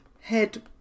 head